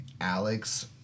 Alex